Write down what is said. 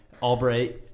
Albright